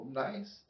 nice